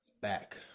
back